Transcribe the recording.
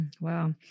Wow